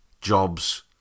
Jobs